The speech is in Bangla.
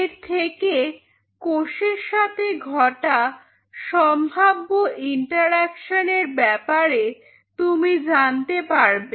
এর থেকে কোষের সাথে ঘটা সম্ভাব্য ইন্টারঅ্যাকশানের ব্যাপারে তুমি জানতে পারবে